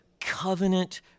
covenant